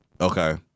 Okay